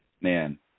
Man